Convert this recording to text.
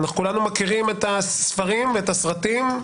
כולנו מכירים את הספרים ואת הסרטים,